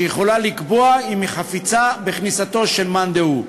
שיכולה לקבוע אם היא חפצה בכניסתו של מאן דהוא,